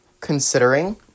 considering